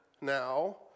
now